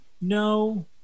no